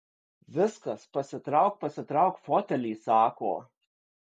viskas pasitrauk pasitrauk fotelį sako